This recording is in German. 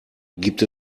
gibt